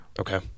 Okay